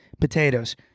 Potatoes